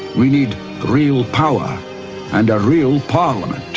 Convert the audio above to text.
we need real power and a real parliament.